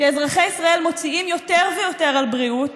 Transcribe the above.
שאזרחי ישראל מוציאים יותר ויותר על בריאות,